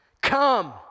come